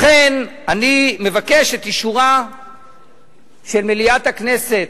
לכן אני מבקש את אישורה של מליאת הכנסת.